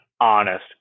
honest